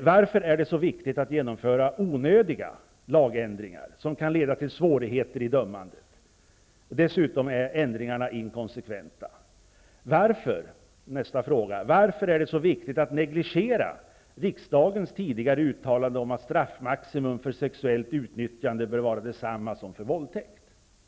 Varför är det så viktigt att genomföra onödiga lagändringar som kan leda till svårigheter i dömandet? Ändringarna är dessutom inkonsekventa. Varför är det så viktigt att negligera riksdagens tidigare uttalande om att straffmaximum för sexuellt utnyttjande bör vara detsamma som för våldtäkt?